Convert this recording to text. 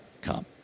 come